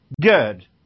good